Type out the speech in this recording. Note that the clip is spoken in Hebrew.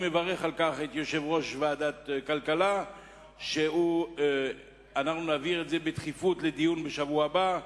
אני מברך את יושב-ראש ועדת כלכלה על כך שנדון בזה בדחיפות בשבוע הבא.